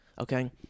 Okay